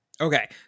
Okay